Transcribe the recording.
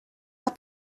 las